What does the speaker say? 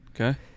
Okay